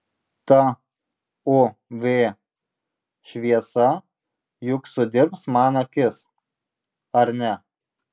ta uv šviesa juk sudirbs man akis ar ne